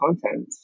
content